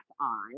on